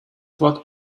what